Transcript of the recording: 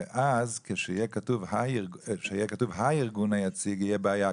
ואז כשיהיה כתוב הארגון היציג תהיה בעיה.